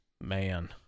man